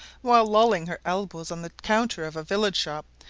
while lolling her elbows on the counter of a village-shop,